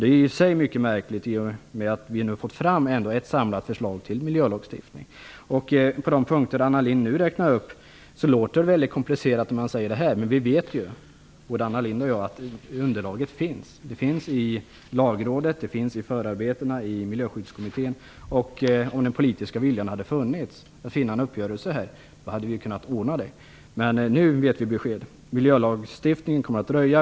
Det är i sig mycket märkligt, i och med att vi nu har fått fram ett samlat förslag till en miljölagstiftning. De punkter som Anna Lindh nu räknar upp låter väldigt komplicerade, men både Anna Lindh och jag vet att underlaget finns. Det finns i Lagrådet. Det finns i förarbetena i Miljöskyddskommittén. Om den politiska viljan hade funnits att finna en uppgörelse hade vi kunnat ordna det, men nu vet vi besked. Miljölagstiftningen kommer att dröja.